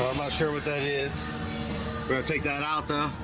sure what that is. we're gonna take that out though